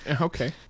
Okay